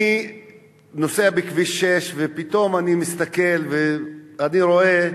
אני נוסע בכביש 6, ופתאום אני מסתכל ואני רואה,